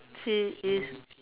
she is